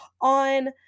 on